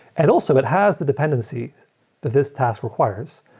and also it has the dependency that this task requires.